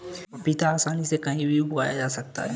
पपीता आसानी से कहीं भी उगाया जा सकता है